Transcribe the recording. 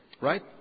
Right